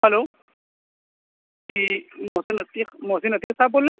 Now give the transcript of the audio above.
hello ji Mohsin Atiq Mohsin Atiq Sahab بول رہے ہیں